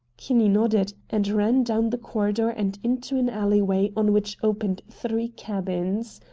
kinney nodded, and ran down the corridor and into an alleyway on which opened three cabins.